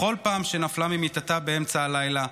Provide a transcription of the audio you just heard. בכל פעם שנפלה ממיטתה באמצע הלילה,